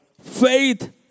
faith